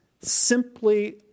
simply